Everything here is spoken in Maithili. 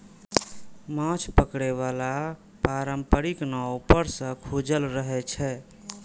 माछ पकड़े बला पारंपरिक नाव ऊपर सं खुजल रहै छै